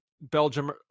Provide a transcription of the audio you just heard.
Belgium